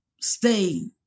stay